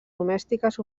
domèstiques